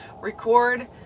record